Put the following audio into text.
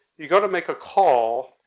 you go to make a call,